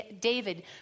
David